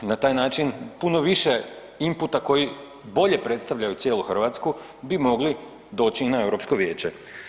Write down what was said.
Na taj način puno više imputa koji bolje predstavljaju cijelu Hrvatsku bi mogli doći i na Europsko vijeće.